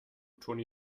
toni